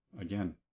again